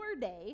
day